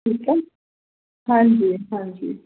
ठीकु आहे हांजी हांजी